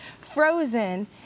frozen